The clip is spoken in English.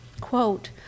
Quote